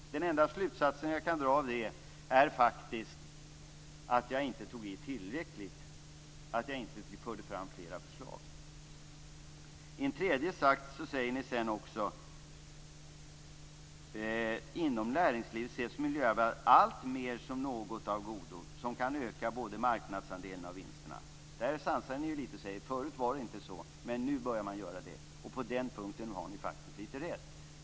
Den enda slutsats jag kan dra av det är faktiskt att jag inte tog i tillräckligt, att jag borde ha fört fram fler förslag. Ni skriver också i reservationen: "Inom näringslivet ses miljöarbetet alltmer som något av godo, som kan öka både marknadsandelarna och vinsterna." Där sansar ni er litet och säger att det inte var så förut men att företagen nu börjar se det på det sättet. På den punkten har ni faktiskt litet rätt.